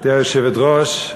גברתי היושבת-ראש,